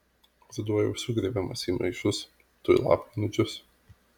ruduo jau sugrėbiamas į maišus tuoj lapai nudžius